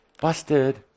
busted